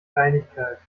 kleinigkeit